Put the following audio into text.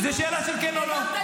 את מסוגלת?